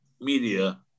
media